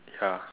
ya